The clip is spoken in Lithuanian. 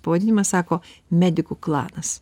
pavadinimas sako medikų klanas